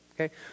Okay